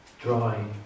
dry